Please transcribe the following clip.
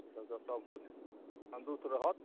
एहि सब सऽ सबकिछु तन्दुरुस्त रहत